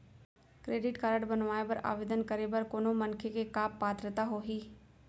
Credit card बनवाए बर आवेदन करे बर कोनो मनखे के का पात्रता होही?